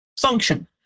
function